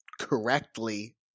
correctly